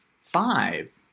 five